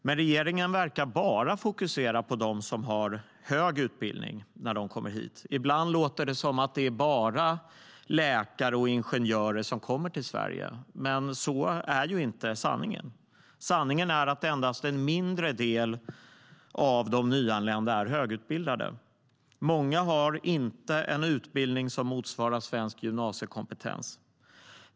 Men regeringen verkar bara fokusera på dem som har hög utbildning när de kommer hit. Ibland låter det som att det bara är läkare och ingenjörer som kommer till Sverige. Men det är inte sanningen. Sanningen är att endast en mindre del av de nyanlända är högutbildade. Många har inte utbildning som motsvarar svensk gymnasiekompetens.